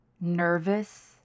nervous